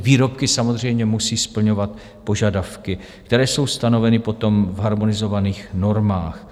Výrobky samozřejmě musí splňovat požadavky, které jsou stanoveny potom v harmonizovaných normách.